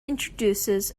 introduces